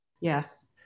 Yes